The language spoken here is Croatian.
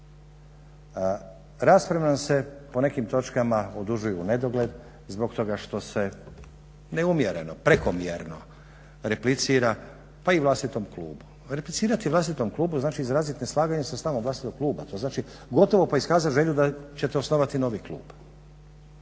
Rasprave nam se po nekim točkama odužuju u nedogled zbog toga što se neumjereno, prekomjerno replicira pa i vlastitom klubu. Replicirati vlastitom klubu znači izraziti neslaganje sa stavom vlastitog kluba. To znači gotovo pa iskazati želju da ćete osnovati novi klub.